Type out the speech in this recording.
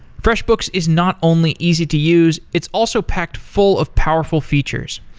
freshbooks is not only easy to use, it's also packed full of powerful features.